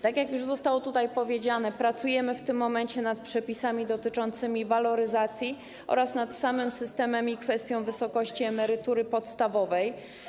Tak jak zostało już powiedziane, pracujemy w tym momencie nad przepisami dotyczącymi waloryzacji oraz nad samym systemem i kwestią wysokości emerytury podstawowej.